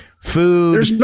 Food